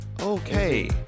Okay